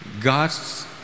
God's